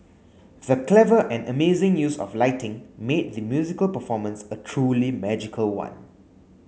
the clever and amazing use of lighting made the musical performance a truly magical one